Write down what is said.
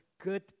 good